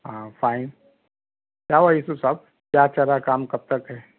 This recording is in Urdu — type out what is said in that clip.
ہاں فائن کیا ہُوا یوسف صاحب کیا اچھا رہا کام کب تک ہے